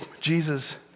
Jesus